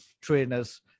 trainers